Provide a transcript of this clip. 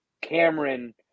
cameron